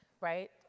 right